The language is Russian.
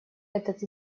этот